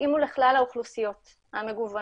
שיתאימו לכלל האוכלוסיות המגוונות.